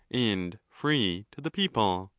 and free to the people.